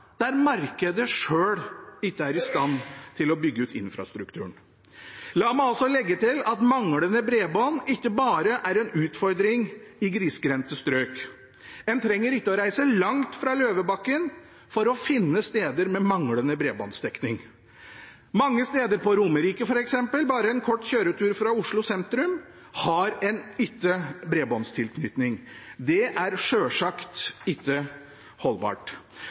der markedet selv ikke er i stand til å bygge ut infrastrukturen. La meg også legge til at manglende bredbånd ikke bare er en utfordring i grisgrendte strøk. En trenger ikke å reise langt fra Løvebakken for å finne steder med manglende bredbåndsdekning. Mange steder på Romerike, f.eks., bare en kort kjøretur fra Oslo sentrum, har en ikke bredbåndstilknytning. Det er selvsagt ikke holdbart.